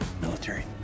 military